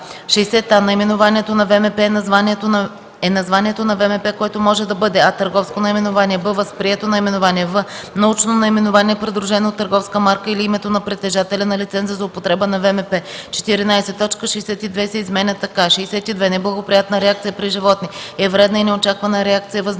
„60а. „Наименованието на ВМП” е названието на ВМП, което може да бъде: а) търговско наименование; б) възприето наименование; в) научно наименование, придружено от търговска марка или името на притежателя на лиценза за употреба на ВМП”. 14. Точка 62 се изменя така: „62. „Неблагоприятна реакция при животни” е вредна и неочаквана реакция, възникнала